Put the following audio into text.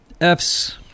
Fs